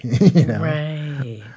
Right